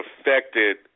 affected –